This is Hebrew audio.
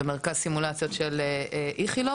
במרכז סימולציות של בית החולים ׳איכילוב׳,